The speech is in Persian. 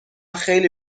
خیلی